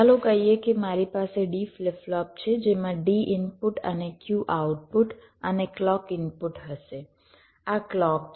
ચાલો કહીએ કે મારી પાસે D ફ્લિપ ફ્લોપ છે જેમાં D ઇનપુટ અને Q આઉટપુટ છે અને ક્લૉક ઇનપુટ હશે આ ક્લૉક છે